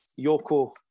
Yoko